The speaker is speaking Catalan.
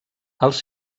els